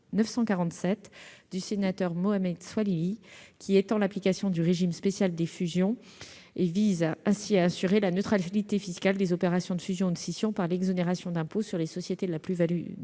du sénateur Mohamed Soilihi, lequel vise à étendre l'application du régime spécial des fusions et ainsi à assurer la neutralité fiscale des opérations de fusion ou de scission par l'exonération d'impôt sur les sociétés de la plus-value d'apport